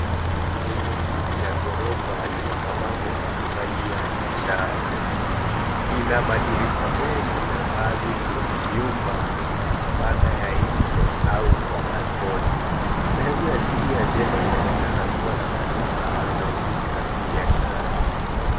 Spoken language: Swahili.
Jengo hili la gorofa lina mabango mbali mbali ya biashara. Lina madirisha mengi na baadhi vya vyumba vina mabanda ya nje au ma balcony sehemu ya chini ya jengo inaonekana kuwa na maduka na ofisi za kibiashara.